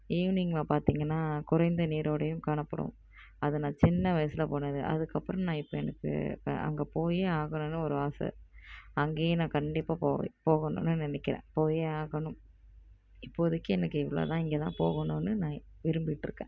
ஈவினிங்கில பார்த்திங்கன்னா குறைந்த நீரோடையும் காணப்படும் அது நான் சின்ன வயசில் போனது அதற்கப்பறம் நான் இப்போ எனக்கு இப்போ அங்கே போயே ஆகணுன்னு ஒரு ஆசை அங்கேயும் நான் கண்டிப்பாக போவேன் போகணுன்னு நினைக்கிறேன் போயே ஆகணும் இப்போதிக்கு எனக்கு இவ்வளோ தான் இங்கே தான் போகணுன்னு நான் விரும்பிட்டுருக்கேன்